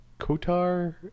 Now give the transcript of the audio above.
Kotar